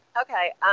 Okay